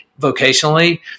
vocationally